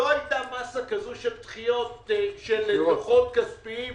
לא היתה מסה כזו של דוחות כספיים,